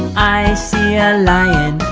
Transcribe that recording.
i see ah lion.